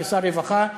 כשר הרווחה,